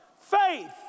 faith